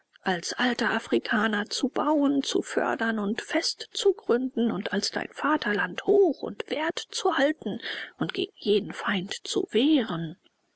als alter afrikaner zu bauen zu fördern und festzugründen und als dein vaterland hoch und wert zu halten und gegen jeden feind zu wehren